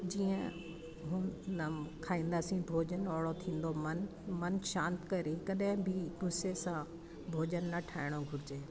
जीअं खाईंदासीं भोजन ओहिड़ो थींदो मनु मनु शांति करे कॾहिं बि गुस्से सां भोजन न ठाहिणो घुरजे